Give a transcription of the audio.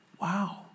Wow